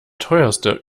teuerste